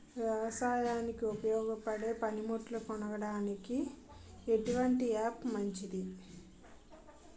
వ్యవసాయానికి ఉపయోగపడే పనిముట్లు కొనడానికి ఎటువంటి యాప్ మంచిది?